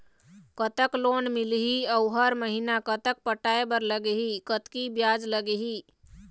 कतक लोन मिलही अऊ हर महीना कतक पटाए बर लगही, कतकी ब्याज लगही?